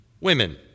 women